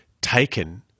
taken